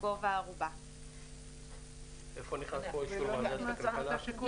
גובה הערובה."; איפה נכנס פה אישור ועדת הכלכלה?